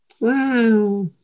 wow